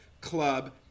Club